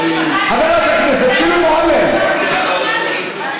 חברת הכנסת שולי מועלם, היא לא נורמלית.